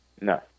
No